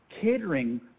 catering